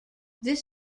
this